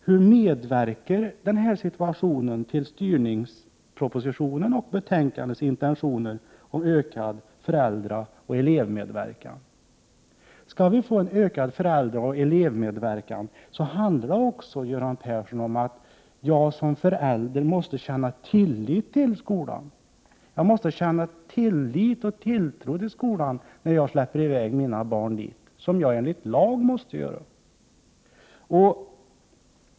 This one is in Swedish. Hur medverkar denna situation till styrningspropositionen och betänkandets intentioner om ökad föräldraoch elevmedverkan? Skall man åstadkomma en ökad föräldraoch elevmedverkan handlar det också, Göran Persson, om att jag som förälder måste känna tillit och tilltro till skolan när jag släpper i väg mina barn dit, vilket jag enligt lag måste göra. Herr talman!